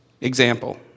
Example